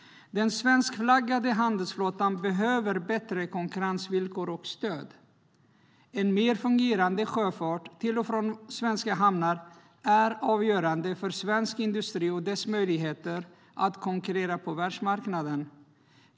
Den svenskflaggade handelsflottan behöver bättre konkurrensvillkor och stöd. En mer fungerande sjöfart till och från svenska hamnar är avgörande för svensk industri och dess möjligheter att konkurrera på världsmarknaden.